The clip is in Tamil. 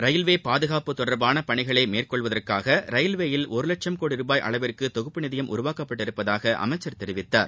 ரயில்வே பாதுகாப்பு தொடர்பான பணிகளை மேற்கொள்வதற்காக ரயில்வேயில் ஒரு லட்சும் கோடி ருபாய் அளவிற்கு தொகுப்பு நிதியம் உருவாக்கப்பட்டுள்ளதாக அமைச்சர் தெரிவித்தார்